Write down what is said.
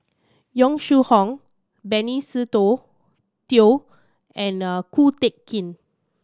Yong Shu Hoong Benny Se Teo and Ko Teck Kin